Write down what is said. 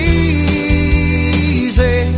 easy